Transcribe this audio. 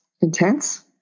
intense